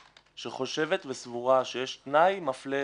שחושבת וסבורה שיש תנאי מפלה,